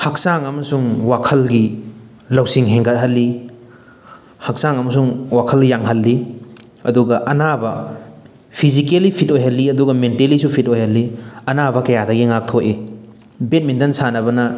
ꯍꯛꯆꯥꯡ ꯑꯃꯁꯨꯡ ꯋꯥꯈꯜꯒꯤ ꯂꯧꯁꯤꯡ ꯍꯦꯟꯒꯠꯍꯜꯂꯤ ꯍꯛꯆꯥꯡ ꯑꯃꯁꯨꯡ ꯋꯥꯈꯜ ꯌꯥꯡꯍꯜꯂꯤ ꯑꯗꯨꯒ ꯑꯅꯥꯕ ꯐꯤꯖꯤꯀꯦꯜꯂꯤ ꯐꯤꯠ ꯑꯣꯏꯍꯜꯂꯤ ꯑꯗꯨꯒ ꯃꯦꯟꯇꯦꯜꯂꯤꯁꯨ ꯐꯤꯠ ꯑꯣꯏꯍꯜꯂꯤ ꯑꯅꯥꯕ ꯀꯌꯥꯗꯒꯤ ꯉꯥꯛꯊꯣꯛꯏ ꯕꯦꯠꯃꯤꯇꯟ ꯁꯥꯟꯅꯕꯅ